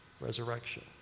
resurrection